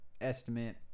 estimate